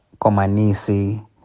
Komanisi